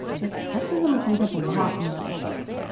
but sexism comes up a lot. nanna's book.